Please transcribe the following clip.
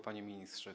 Panie Ministrze!